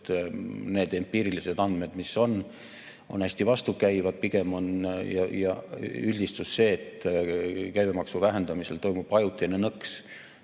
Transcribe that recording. Need empiirilised andmed, mis on, on hästi vastukäivad. Pigem on üldistus see, et käibemaksu vähendamisel toimub ajutine nõks